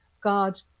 god